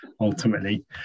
ultimately